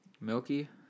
Milky